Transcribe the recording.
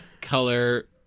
color